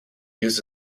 used